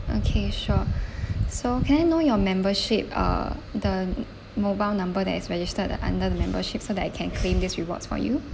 okay sure so can I know your membership uh the mobile number that is registered under the membership so that I can claim these rewards for you